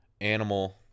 animal